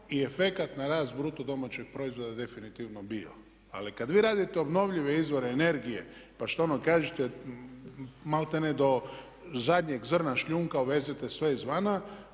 i efekat na rast bruto domaćeg proizvoda je definitivno bio. Ali kad vi radite obnovljive izvore energije, pa što ono kažete maltene do zadnjeg zrna šljunka uvezete sve izvana,